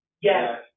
Yes